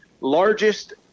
largest